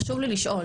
חשוב לי לשאול,